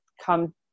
come